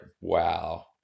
wow